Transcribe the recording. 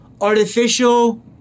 artificial